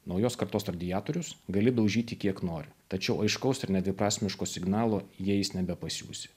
naujos kartos radiatorius gali daužyti kiek nori tačiau aiškaus ir nedviprasmiško signalo jais nebepasiųsi